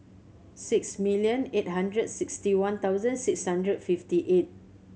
six million eight hundred sixty one thousand six hundred fifty eight